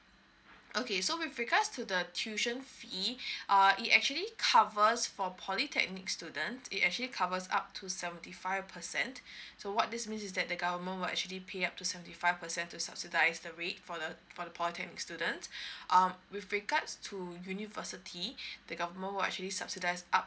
okay so with regards to the tuition fee uh it actually covers for polytechnic students it actually covers up to seventy five percent so what this means is that the government will actually pay up to seventy five percent to subsidize the rate for the for the polytechnic students um with regards to university the government will actually subsidise up